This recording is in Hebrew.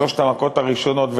בשלוש המכות הראשונות,